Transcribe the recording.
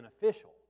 beneficial